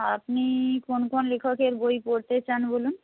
আপনি কোন কোন লেখকের বই পড়তে চান বলুন